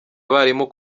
abarimu